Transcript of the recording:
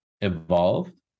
evolved